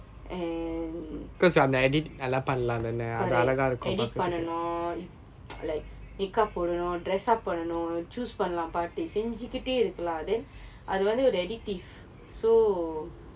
and correct edit பண்ணனும்:pannanum like make up போடணும்:podanum dress up பண்ணனும்:pannanum choose பண்ணலாம் பாட்டு செஞ்சிக்கிட்டே இருக்கலாம்:pannalaam paattu senchikkite irukklaam then அது வந்து ஒரு:athu vanthu oru addictive so